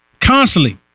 constantly